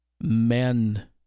men